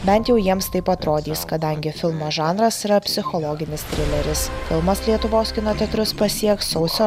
bent jau jiems taip atrodys kadangi filmo žanras yra psichologinis trileris filmas lietuvos kino teatrus pasieks sausio